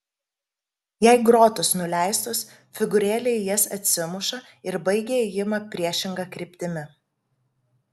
jei grotos nuleistos figūrėlė į jas atsimuša ir baigia ėjimą priešinga kryptimi